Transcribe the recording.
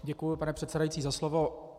Děkuji, pane předsedající, za slovo.